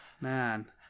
Man